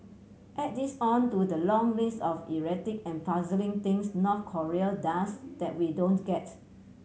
add this on to the long list of erratic and puzzling things North Korea does that we don't get